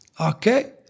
okay